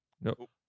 Nope